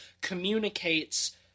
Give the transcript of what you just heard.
communicates